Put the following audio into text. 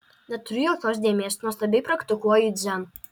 neturi jokios dėmės nuostabiai praktikuoji dzen